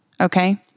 Okay